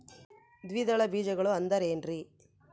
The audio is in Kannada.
ದ್ವಿದಳ ಬೇಜಗಳು ಅಂದರೇನ್ರಿ?